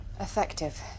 effective